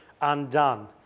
undone